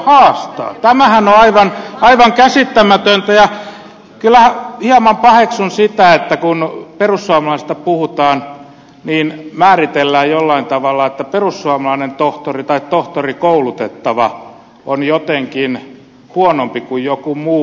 tämähän on aivan käsittämätöntä ja kyllä hieman paheksun sitä että kun perussuomalaisista puhutaan niin määritellään jollain tavalla että perussuomalainen tohtori tai tohtorikoulutettava on jotenkin huonompi kuin joku muu